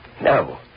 No